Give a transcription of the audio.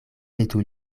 petu